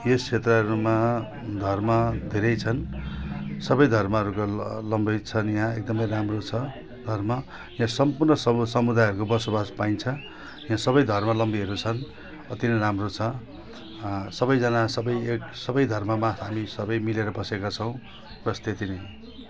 यस क्षेत्रहरूमा धर्म धेरै छन् सबै धर्महरूका अवलम्बी छन् यहाँ एकदमै राम्रो छ धर्म यहाँ सम्पूर्ण समुदायहरूको बसो बासो पाइन्छ यहाँ सबै धर्म अवलम्बीहरू छन् अति नै राम्रो छ सबैजना सबै धर्ममा हामी सबै मिलेर बसेका छौँ बस् त्यति नै